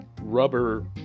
rubber